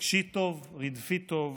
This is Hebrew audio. בקשי טוב, רדפי טוב